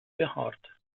behaart